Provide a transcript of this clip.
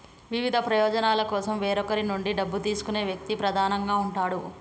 వివిధ ప్రయోజనాల కోసం వేరొకరి నుండి డబ్బు తీసుకునే వ్యక్తి ప్రధానంగా ఉంటాడు